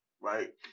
right